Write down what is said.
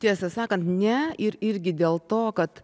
tiesą sakant ne ir irgi dėl to kad